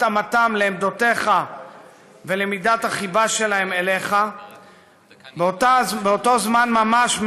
התאמתם לעמדותיך ולמידת החיבה שלהם אליך באותו זמן ממש,